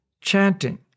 chanting